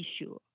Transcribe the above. issue